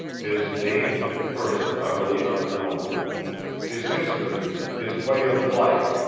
his name and person utterly unknown his history, his way of life,